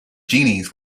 genies